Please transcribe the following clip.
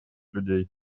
людей